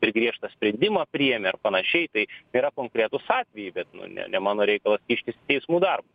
per griežtą sprendimą priėmė ar panašiai tai tai yra konkretūs atvejai bet nu ne ne mano reikalas kištis į teismų darbą